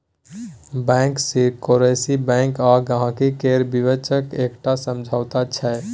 bank secrecy bank आ गांहिकी केर बीचक एकटा समझौता छै